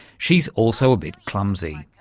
she's also a bit clumsy.